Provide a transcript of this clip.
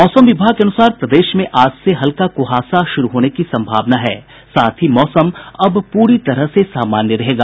मौसम विभाग के अनुसार प्रदेश में आज से हल्का कुहासा शुरू होने की सम्भावना है साथ ही मौसम अब पूरी तरह से सामान्य रहेगा